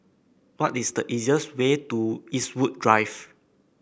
what is the easiest way to Eastwood Drive